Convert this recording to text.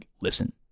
listen